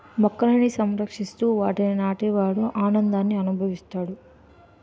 మొక్కలని సంరక్షిస్తూ వాటిని నాటే వాడు ఆనందాన్ని అనుభవిస్తాడు